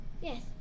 yes